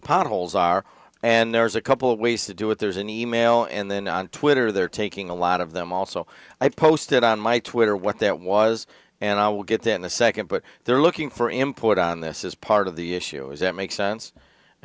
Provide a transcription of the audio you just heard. potholes are and there's a couple ways to do it there's an email and then on twitter they're taking a lot of them also i posted on my twitter what that was and i will get in a second but they're looking for import on this is part of the issue is it makes sense i